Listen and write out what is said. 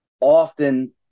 often